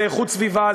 זה איכות סביבה,